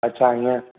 अच्छा हीअं